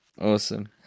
Awesome